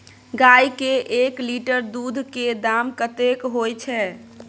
गाय के एक लीटर दूध के दाम कतेक होय छै?